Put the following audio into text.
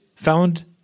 found